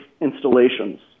installations